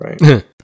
right